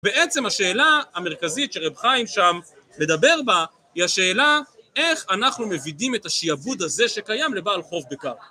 בעצם השאלה המרכזית שרב חיים שם מדבר בה, היא השאלה איך אנחנו מבידים את השיעבוד הזה שקיים לבעל חוב בקר.